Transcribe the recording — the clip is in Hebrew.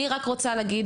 אני רק רוצה להגיד,